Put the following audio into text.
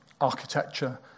architecture